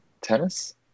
Tennis